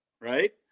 right